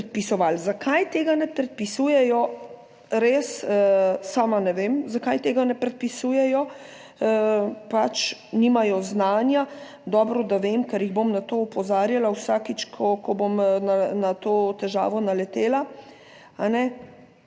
Zakaj tega ne predpisujejo, res sama ne vem zakaj tega ne predpisujejo, pač nimajo znanja, dobro, da vem, ker jih bom na to opozarjala vsakič, ko bom na to težavo naletela.